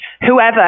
whoever